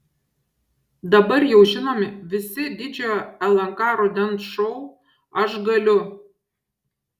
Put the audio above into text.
dabar jau žinomi visi didžiojo lnk rudens šou aš galiu